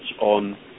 on